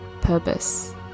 purpose